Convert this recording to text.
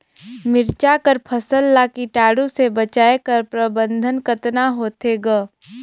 मिरचा कर फसल ला कीटाणु से बचाय कर प्रबंधन कतना होथे ग?